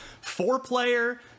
four-player